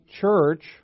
church